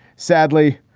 sadly,